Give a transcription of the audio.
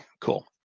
cool